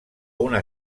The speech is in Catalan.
una